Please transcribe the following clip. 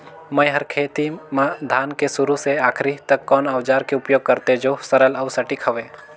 मै हर खेती म धान के शुरू से आखिरी तक कोन औजार के उपयोग करते जो सरल अउ सटीक हवे?